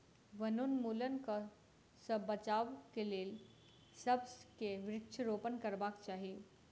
वनोन्मूलनक सॅ बचाबक लेल सभ के वृक्षारोपण करबाक चाही